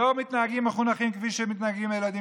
לא מתנהגים מחונכים כפי שמתנהגים ילדים